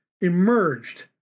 emerged